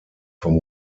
vom